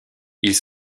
ils